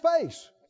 face